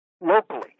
locally